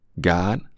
God